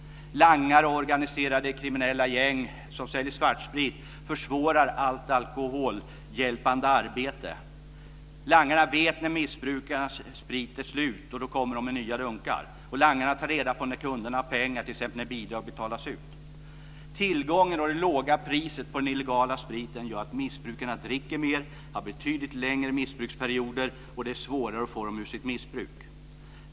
Langare och organiserade kriminella gäng som säljer svartsprit försvårar allt arbete med att hjälpa dem med alkoholproblem. Langarna vet när missbrukarnas sprit är slut, och då kommer de med nya dunkar. Langarna tar reda på när kunderna har pengar, t.ex. när bidrag betalas ut. Tillgången och det låga priset på den illegala spriten gör att missbrukarna dricker mer, har betydligt längre missbruksperioder och gör det svårare att få dem ur sitt missbruk.